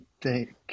thank